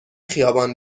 خیابان